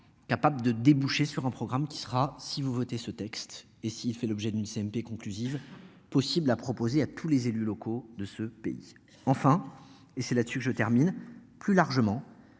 Capable de déboucher sur un programme qui sera si vous votez ce texte et s'il fait l'objet d'une CMP conclusive possible a proposé à tous les élus locaux de ce pays. Enfin et c'est là-dessus que je termine plus largement